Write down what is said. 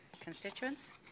constituents